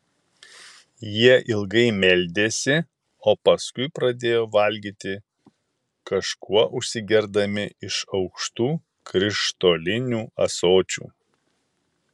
jie ilgai meldėsi o paskui pradėjo valgyti kažkuo užsigerdami iš aukštų krištolinių ąsočių